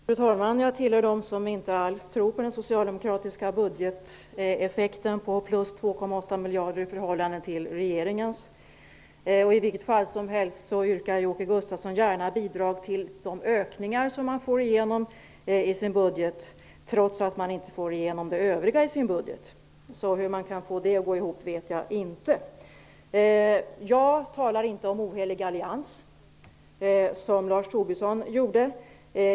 Fru talman! Jag är en av dem som inte alls tror på den socialdemokratiska budgeteffekten på plus 2,8 Gustavsson yrkar ju gärna på bidrag till de ökningar som ges i budgeten, trots att Socialdemokraterna inte får igenom den övriga budgeten. Jag vet inte hur man får det att gå ihop. Jag talar inte om oheliga allianser, som Lars Tobisson gjorde.